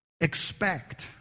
Expect